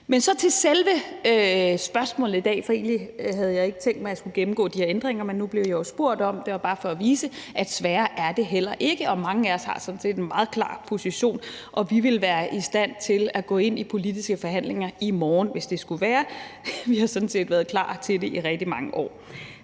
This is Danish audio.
Men så til selve spørgsmålet i dag, for egentlig havde jeg ikke tænkt mig, jeg skulle gennemgå de her ændringer, men nu blev jeg jo spurgt om det, og det er bare for at vise, at sværere er det heller ikke. Mange af os har sådan set en meget klar position, og vi ville være i stand til at gå ind i politiske forhandlinger i morgen, hvis det skulle være. Vi har sådan set været klar til det i rigtig mange år.